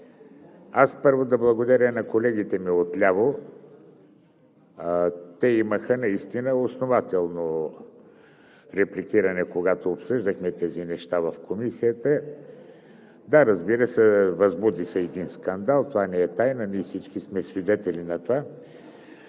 първо да благодаря на колегите ми отляво. Те имаха наистина основателно репликиране, когато обсъждахме тези неща в Комисията. Да, разбира се, възбуди се един скандал, това не е тайна, ние всички сме свидетели на това.